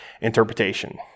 interpretation